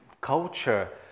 culture